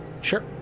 Sure